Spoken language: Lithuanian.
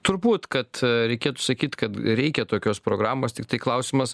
turbūt kad reikėtų sakyt kad reikia tokios programos tiktai klausimas